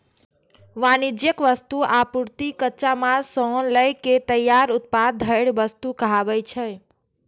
वाणिज्यिक वस्तु, आपूर्ति, कच्चा माल सं लए के तैयार उत्पाद धरि वस्तु कहाबै छै